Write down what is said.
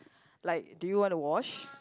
like do you want to wash